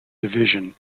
division